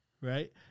right